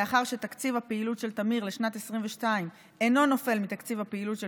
לאחר שתקציב הפעילות של תמיר לשנת 2022 אינו נופל מתקציב הפעילות של